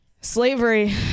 slavery